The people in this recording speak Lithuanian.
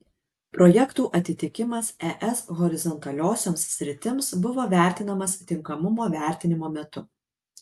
projektų atitikimas es horizontaliosioms sritims buvo vertinamas tinkamumo vertinimo metu